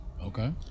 Okay